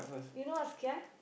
you know what's kia